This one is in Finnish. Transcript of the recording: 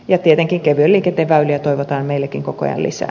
ja tietenkin kevyen liikenteen väyliä toivotaan meillekin koko ajan lisää